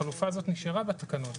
החלופה הזאת נשארה בתקנות.